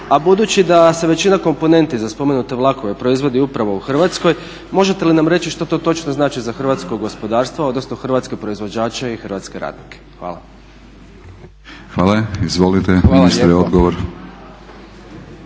a budući da se većina komponenti za spomenute vlakove proizvodi upravo u Hrvatskoj možete li nam reći što to točno znači za hrvatsko gospodarstvo odnosno hrvatske proizvođače i hrvatske radnike. Hvala. **Batinić, Milorad